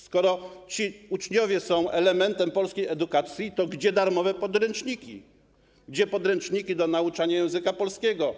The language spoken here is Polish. Skoro ci uczniowie są elementem polskiej edukacji, to gdzie darmowe podręczniki, gdzie podręczniki do nauczania języka polskiego?